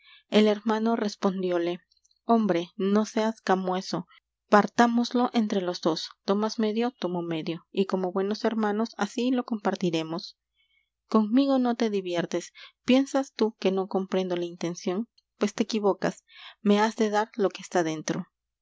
l hermano respondióle h o m b r e noseas camueso paríáxoosio ena los dos tomas medio t mo medio como buenos hermanos isí lo compartiremos conmigo no te diviertes ipiensas tú que no comprendo ífi intención pues te equivocas me has de dar lo que está dentro